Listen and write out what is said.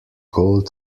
gold